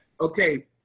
Okay